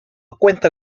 cuenta